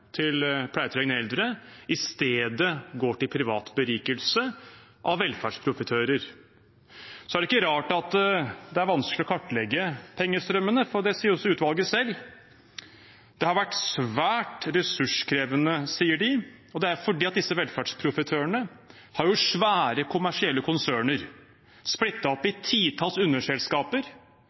til pleietrengende eldre, i stedet går til privat berikelse av velferdsprofitører. Det er ikke rart at det er vanskelig å kartlegge pengestrømmene, for det sier også utvalget selv: Det har vært svært ressurskrevende, sier de, og det er fordi disse velferdsprofitørene har svære kommersielle konserner splittet opp i titalls underselskaper